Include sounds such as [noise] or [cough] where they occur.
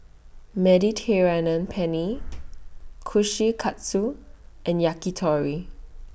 Mediterranean Penne [noise] Kushikatsu and Yakitori